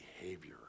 behavior